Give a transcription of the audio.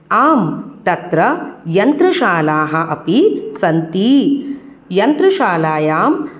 आम् तत्र यन्त्रशालाः अपि सन्ति यन्त्रशालायाम्